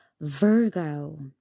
Virgo